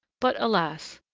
but, alas!